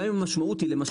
גם אם המשמעות היא למשל,